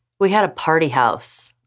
we had a party house.